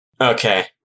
Okay